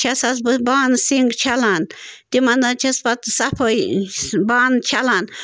چھَس حظ بہٕ بانہٕ سِنٛگ چھَلان تِمَن حظ چھَس پتہٕ صفٲیی بانہٕ چھَلان